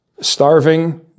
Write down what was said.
starving